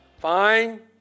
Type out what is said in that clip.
Fine